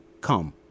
come